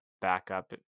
backup